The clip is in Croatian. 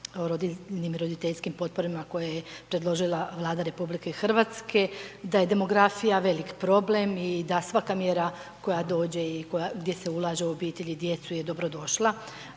i roditeljskim potporama koje je predložila Vlada Republike Hrvatske, da je demografija veliki problem i da svaka mjera koja dođe i gdje se ulaže u obitelji, djecu je dobro došla,